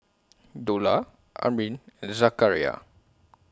Dollah Amrin and Zakaria